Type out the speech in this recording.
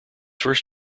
first